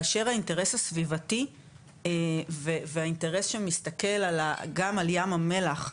כאשר האינטרס הסביבתי והאינטרס שמסתכל גם על ים המלח,